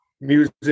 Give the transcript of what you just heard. music